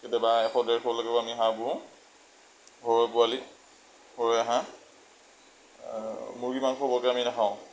কেতিয়াবা এশ ডেৰশলৈকেও আমি হাঁহ পোহোঁ ঘৰৰ পোৱালী ঘৰৰে হাঁহ মুৰ্গী মাংস বৰকৈ আমি নাখাওঁ